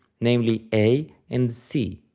namely, a and c.